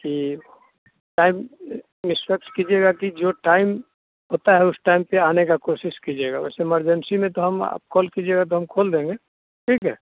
कि टाइम निष्पक्ष कीजिएगा कि जो टाइम होता है उस टाइम पर आने की कोशिश कीजिएगा वैसे इमरजेंसी में तो हम आप कॉल कीजिएगा तो हम खोल देंगे ठीक है